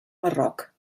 marroc